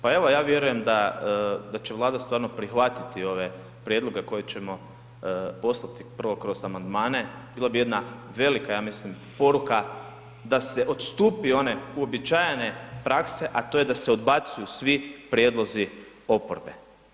Pa evo ja vjerujem da će Vlada stvarno prihvatiti ove prijedloge koje ćemo poslati, prvo kroz amandmane, bilo bi jedna ja mislim velika poruka da se odstupi od one uobičajene prakse, a to je da se odbacuju svi prijedlozi oporbe.